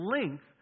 length